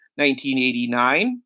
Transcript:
1989